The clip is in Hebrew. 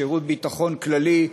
שירות ביטחון כללי,